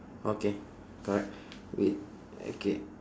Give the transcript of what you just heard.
okay correct wait okay